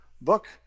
book